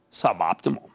Suboptimal